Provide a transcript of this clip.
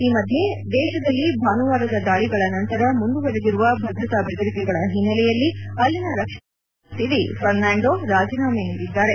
ಈ ಮಧ್ಯೆ ದೇಶದಲ್ಲಿ ಭಾನುವಾರದ ದಾಳಿಗಳ ನಂತರ ಮುಂದುವರೆದಿರುವ ಭದ್ರತಾ ಬೆದರಿಕೆಗಳ ಹಿನ್ನೆಲೆಯಲ್ಲಿ ಅಲ್ಲಿನ ರಕ್ಷಣಾ ಕಾರ್ಯದರ್ಶಿ ಹೇಮಸಿರಿ ಫರ್ನಾಂಡೋ ರಾಜೀನಾಮೆ ನೀದಿದ್ದಾರೆ